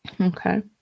okay